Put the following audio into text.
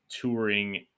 touring